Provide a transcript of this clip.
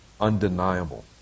undeniable